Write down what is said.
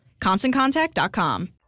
ConstantContact.com